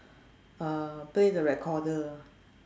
uh play the recorder